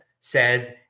says